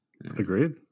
Agreed